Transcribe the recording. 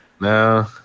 No